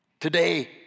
Today